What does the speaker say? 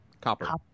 Copper